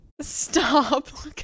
Stop